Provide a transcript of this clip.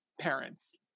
parents